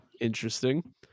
Interesting